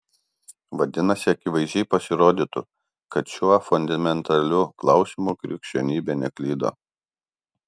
vadinasi akivaizdžiai pasirodytų kad šiuo fundamentaliu klausimu krikščionybė neklydo